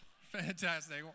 Fantastic